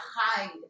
hide